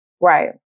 Right